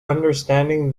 understanding